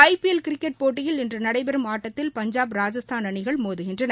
IPL cricket போட்டியில் இன்று நடைபெறும் ஆட்டத்தில் பஞ்சாப் ராஜஸ்தான் அணிகள் மோதுகின்றன